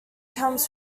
comes